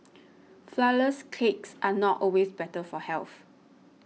Flourless Cakes are not always better for health